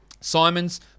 Simons